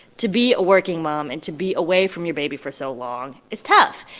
to be a working mom and to be away from your baby for so long is tough.